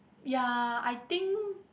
ya I think